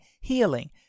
healing